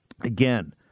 Again